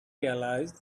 realized